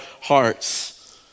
hearts